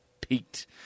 peaked